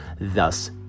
thus